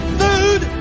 food